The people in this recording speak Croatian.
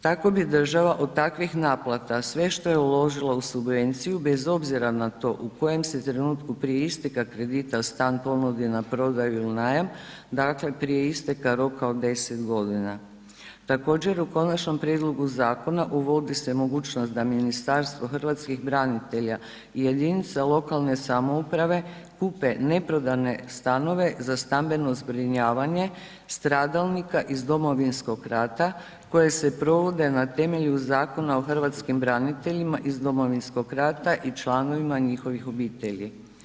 Tako bi država od takvih naplata sve što je uložila u subvenciju bez obzira na to u kojem se trenutku prije isteka kredita stan ponudi na prodaju il najam, dakle, prije isteka roka od 10.g. Također u Konačnom prijedlogu zakona uvodi se mogućnost da Ministarstvo hrvatskih branitelja i jedinica lokalne samouprave kupe neprodane stanove za stambeno zbrinjavanje stradalnika iz Domovinskog rata koje se provode na temelju Zakona o hrvatskim braniteljima iz Domovinskog rata i članovima njihovih obitelji.